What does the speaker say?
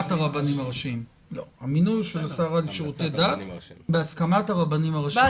הוא של השר לשירותי דת בהמלצת הרבנים הראשיים.